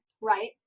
Right